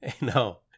no